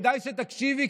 כדאי שתקשיבי,